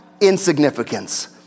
insignificance